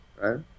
Right